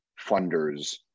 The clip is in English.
funders